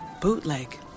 Bootleg